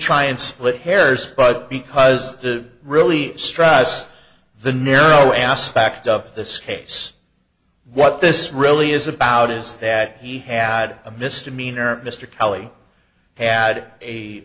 try and split hairs but because to really stress the narrow aspect of this case what this really is about is that he had a misdemeanor mr kelly had a